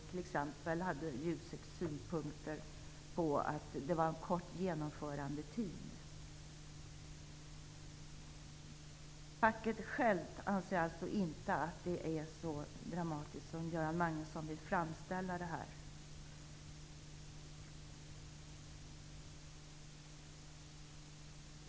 Jusek hade t.ex. synpunkter på att det var kort genomförandetid. Facket självt anser alltså inte att det är så dramatiskt som Göran Magnusson vill framställa det som.